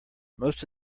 most